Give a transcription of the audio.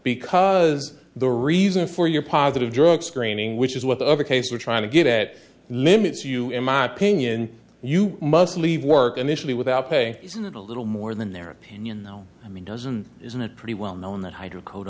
because the reason for your positive drug screening which is what the other case are trying to get at limits you in my opinion you must leave work and initially without pay isn't that a little more than their opinion though i mean doesn't isn't it pretty well known that hydroco